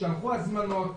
שלחו הזמנות,